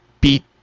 beat